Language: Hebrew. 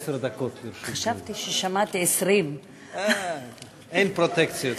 חשבתי ששמעתי 20. אין פרוטקציות.